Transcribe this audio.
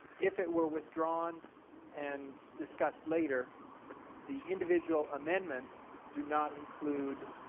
if it were withdrawn and discussed later the individual amendments do not include